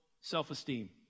self-esteem